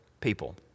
people